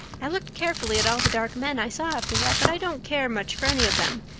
i looked carefully at all the dark men i saw after that, but i didn't care much for any of them,